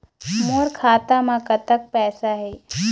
मोर खाता म कतक पैसा हे?